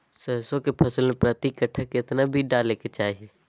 सरसों के फसल में प्रति कट्ठा कितना बिया डाले के चाही?